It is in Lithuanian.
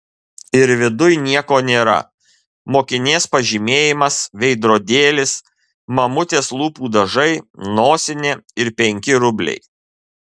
ir viduj nieko nėra mokinės pažymėjimas veidrodėlis mamutės lūpų dažai nosinė ir penki rubliai